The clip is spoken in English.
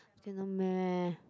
cannot meh